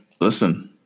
listen